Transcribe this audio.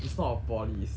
it's not a poly is